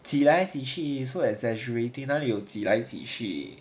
挤来挤去 so exaggerating 哪里有挤来挤去